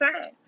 time